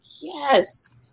yes